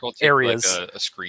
areas